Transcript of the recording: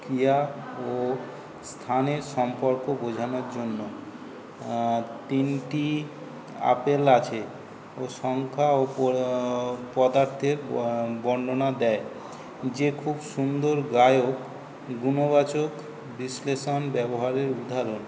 ক্রিয়া ও স্থানের সম্পর্ক বোঝানোর জন্য তিনটি আপেল আছে ও সংখ্যা ও পরা পদার্থের বর্ণনা দেয় যে খুব সুন্দর গায়ক গুণবাচক বিশ্লেষণ ব্যবহারে উদ্ধার হয়